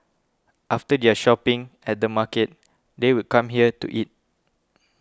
after their shopping at the market they would come here to eat